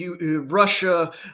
Russia